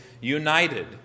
united